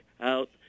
out